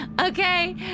Okay